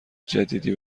جدیدی